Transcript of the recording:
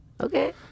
okay